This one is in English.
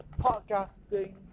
podcasting